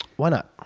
why not?